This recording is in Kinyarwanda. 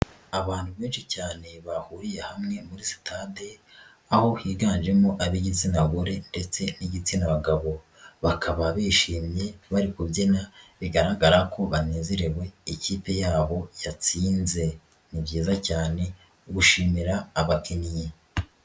Abantu benshi cyane bahuriye hamwe muri sitade, aho higanjemo ab'igitsina gore ndetse n'igitsina gabo bakaba bishimye bari kubyina bigaragara ko banezerewe ikipe yabo yatsinze ni byiza cyane gushimira ababnyi.